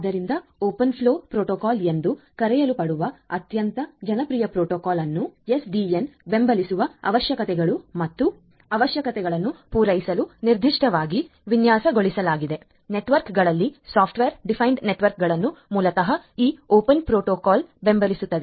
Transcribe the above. ಆದ್ದರಿಂದ open flow protocol ಎಂದು ಕರೆಯಲ್ಪಡುವ ಅತ್ಯಂತ ಜನಪ್ರಿಯ ಪ್ರೋಟೋಕಾಲ್ ಅನ್ನು ಎಸ್ಡಿಎನ್ ಬೆಂಬಲಿಸುವ ಅವಶ್ಯಕತೆಗಳು ಮತ್ತು ಅವಶ್ಯಕತೆಗಳನ್ನು ಪೂರೈಸಲು ನಿರ್ದಿಷ್ಟವಾಗಿ ವಿನ್ಯಾಸಗೊಳಿಸಲಾಗಿದೆ ನೆಟ್ವರ್ಕ್ನಲ್ಲಿ ಸಾಫ್ಟ್ವೇರ್ ಡಿಫೈನ್ಡ್ ನೆಟ್ವರ್ಕ್ಗಳನ್ನು ಮೂಲತಃ ಈ ಓಪನ್ ಪ್ರೋಟೋಕಾಲ್ ಬೆಂಬಲಿಸುತ್ತದೆ